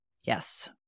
Yes